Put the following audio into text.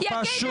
תגיד,